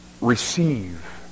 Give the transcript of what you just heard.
receive